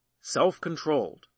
self-controlled